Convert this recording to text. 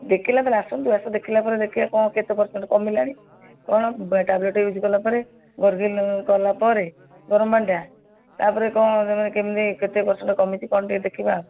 ଦେଖିଲେ ତା'ହେଲେ ଆସନ୍ତୁ ଆକୁ ଦେଖିଲା ପରେ ଦେଖିବା କ'ଣ କେତେ ପର୍ସେଣ୍ଟ୍ କମିଲାଣି କ'ଣ ଟାବଲେଟ୍ ୟୁଜ୍ କଲା ପରେ ଗର୍ଗଲିଙ୍ଗ୍ କଲା ପରେ ଗରମ ପାଣିଟା ତା'ପରେ କ'ଣ କେମିତି କେତେ ପର୍ସେଣ୍ଟ୍ କମିଛି କ'ଣ ଟିକିଏ ଦେଖିବା ଆଉ